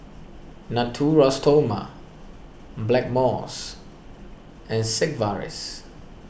Natura Stoma Blackmores and Sigvaris